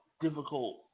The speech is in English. difficult